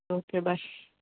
okay bye